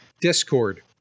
Discord